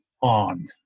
on